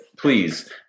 Please